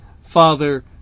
...Father